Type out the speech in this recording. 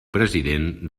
president